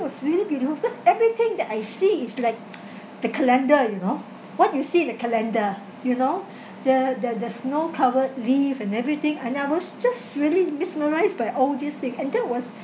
it was really beautiful because everything that I see is like the calendar you know what you see in the calendar you know the the the snow covered leaf and everything and I was just really mesmerise by all these thing and that was